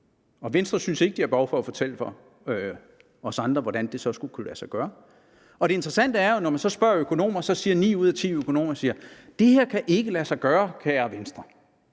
Venstre synes ikke, at de har behov for at fortælle os andre, hvordan det så skulle kunne lade sig gøre. Det interessante er jo, at når man så spørger økonomer, siger ni ud af ti økonomer: Det her kan ikke lade sig gøre, kære Venstre.